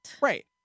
Right